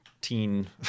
teen